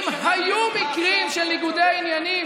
אם היו מקרים של ניגודי עניינים,